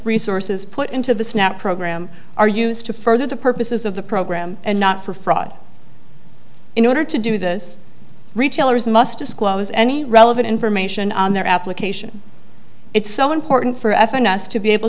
resources put into the snap program are used to further the purposes of the program and not for fraud in order to do this retailers must disclose any relevant information on their application it's so important for us to be able